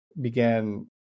began